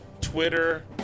Twitter